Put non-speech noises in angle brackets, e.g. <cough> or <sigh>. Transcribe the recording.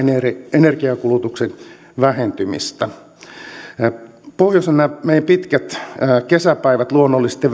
energiankulutuksen vähentymistä pohjoisessa meidän pitkät kesäpäivät luonnollisesti <unintelligible>